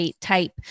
type